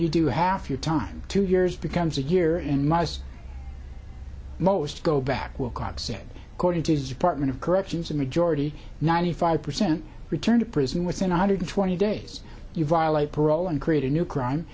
you do half your time two years becomes a year and must most go back willcox it according to department of corrections the majority ninety five percent return to prison within one hundred twenty days you violate parole and create a new crime